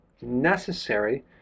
necessary